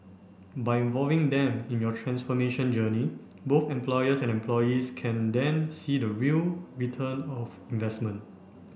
by involving them in your transformation journey both employers and employees can then see the real return of investment